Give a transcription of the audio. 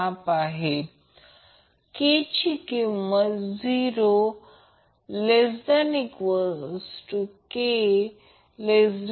पण ते इथे लिहिले आहे जे मी इथे सांगितले